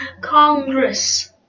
Congress